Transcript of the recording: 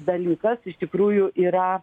dalykas iš tikrųjų yra